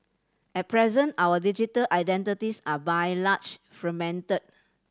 at present our digital identities are by large fragmented